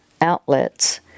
outlets